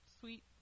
Sweet